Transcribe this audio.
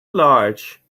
large